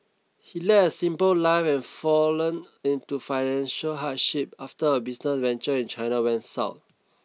he led a simple life and fallen into financial hardship after a business venture in China went south